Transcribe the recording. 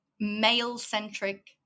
male-centric